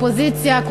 אופוזיציה,